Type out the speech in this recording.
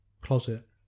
closet